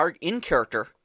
in-character